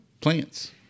plants